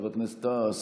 חבר הכנסת טאהא,